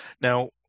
Now